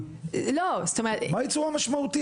מהי צורה משמעותית?